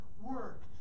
work